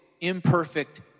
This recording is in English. imperfect